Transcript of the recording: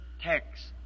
text